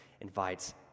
invites